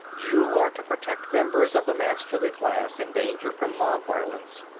you are to protect members of the masterly class in danger from mob violence.